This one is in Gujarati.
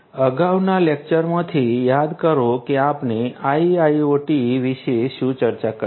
અગાઉના લેક્ચરમાંથી યાદ કરો કે આપણે IIoT વિશે શું ચર્ચા કરી હતી